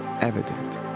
evident